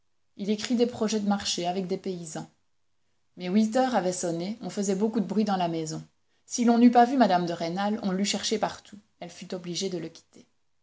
il écrit des projets de marchés avec des paysans mais huit heures avaient sonné on faisait beaucoup de bruit dans la maison si l'on n'eût pas vu mme de rênal on l'eût cherchée partout elle fut obligée de le quitter